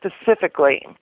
specifically